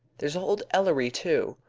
there's old ellary, too!